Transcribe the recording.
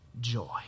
joy